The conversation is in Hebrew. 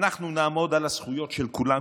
אנחנו נעמוד על הזכויות של כולם,